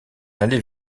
aller